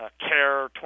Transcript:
care